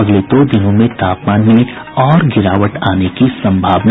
अगले दो दिनों में तापमान में और गिरावट आने की संभावना